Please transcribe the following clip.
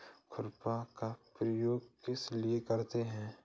खुरपा का प्रयोग किस लिए होता है?